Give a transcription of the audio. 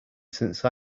since